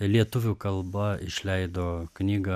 lietuvių kalba išleido knygą